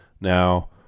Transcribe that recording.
Now